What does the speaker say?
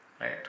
Right